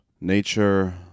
nature